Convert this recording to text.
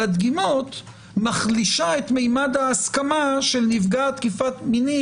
הדגימות מחלישה את ממד ההסכמה של נפגעת תקיפה מינית?